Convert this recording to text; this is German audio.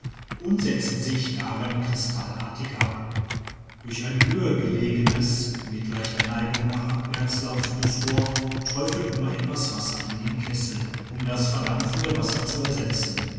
und setzen sich darin kry stallartig ab durch ein höhergelegenes mit leichter neigung nach abwärts laufendes rohr träufelt immer etwas wasser in den kessel um das verdampfende wasser zu ersetzen